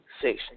section